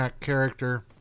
character